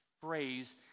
phrase